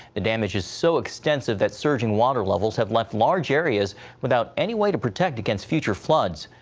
the damage is so extensive that surging water levels have left large areas without any way to protect against future floods.